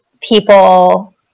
people